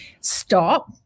stop